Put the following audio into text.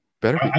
better